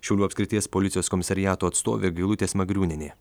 šiaulių apskrities policijos komisariato atstovė gailutė smagriūnienė